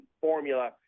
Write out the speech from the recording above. formula